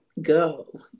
go